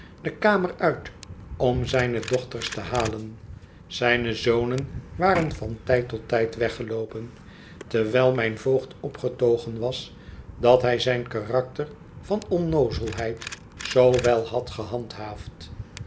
de kamer uit om zijne dochters te halen zijne zonen waren van tijd tot tijd weggeloopen terwijl mijn voogd opgetogen was dat hij zijn karakter van onnoozelheid zoo wel had gehandhaafd